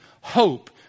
hope